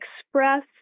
express